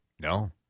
No